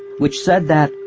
which said that,